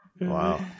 Wow